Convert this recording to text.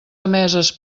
emeses